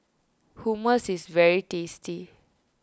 Hummus is very tasty